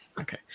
Okay